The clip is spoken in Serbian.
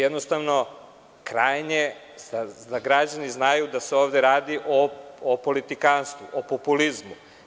Jednostavno, da građani znaju da se ovde radi o politikanstvu, o populizmu.